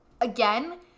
again